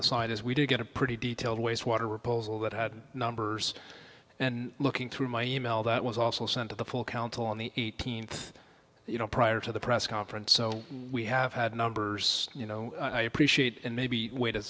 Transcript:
the side is we did get a pretty detailed wastewater report that had numbers and looking through my e mail that was also sent to the full council on the scene you know prior to the press conference so we have had numbers you know appreciate and maybe way to